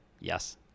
Yes